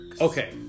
Okay